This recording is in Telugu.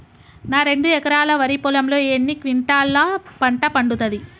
నా రెండు ఎకరాల వరి పొలంలో ఎన్ని క్వింటాలా పంట పండుతది?